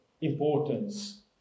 importance